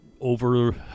over